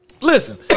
Listen